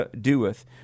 doeth